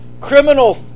criminal